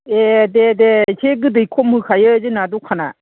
एह दे दे एसे गोदै खम होखायो जोना दखाना